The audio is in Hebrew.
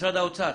משרד האוצר.